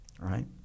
right